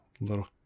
little